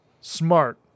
Smart